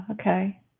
Okay